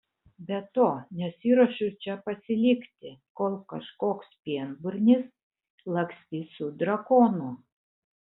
be to nesiruošiu čia pasilikti kol kažkoks pienburnis lakstys su drakonu